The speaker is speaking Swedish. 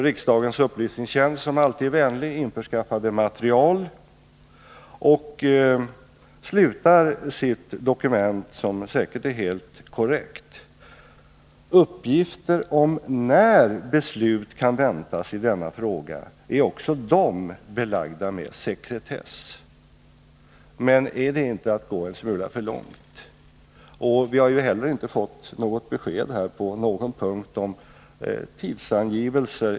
Riksdagens upplysningstjänst, som alltid är vänlig, införskaffade material och slutar sitt dokument med följande mening, som säkert är helt korrekt: Uppgifter om när beslut kan väntas i denna fråga är också de belagda med sekretess. Är det inte att gå en smula för långt? Vi har ju heller inte på någon punkt i denna fråga fått något besked om tidsangivelser.